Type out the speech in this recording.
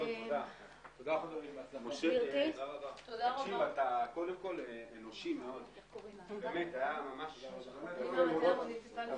ננעלה בשעה 13:37.